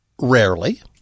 rarely